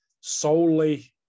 solely